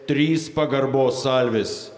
trys pagarbos salvės